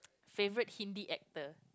favorite Hindi actor